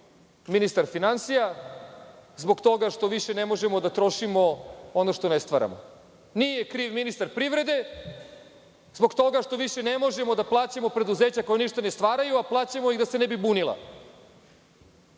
ministar finansija zbog toga što više ne možemo da trošimo ono što ne stvaramo, nije kriv ministar privrede zbog toga što više ne možemo da plaćamo preduzeća koja ništa ne stvaraju, a plaćamo ih da se ne bi bunila,